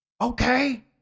okay